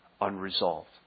unresolved